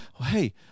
hey